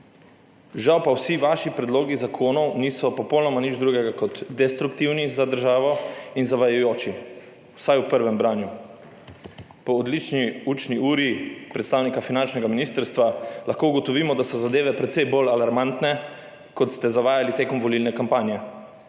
Žal pa vsi vaši predlogi zakonov niso popolnoma nič drugega kot destruktivni za državo in zavajajoči, vsaj v prvem branju. Po odlični učni uri predstavnika finančnega ministrstva lahko ugotovimo, da so zadeve precej bolj alarmantne, kot ste zavajali tekom volilne kampanje,